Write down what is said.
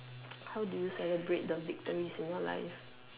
how do you celebrate the victories in your life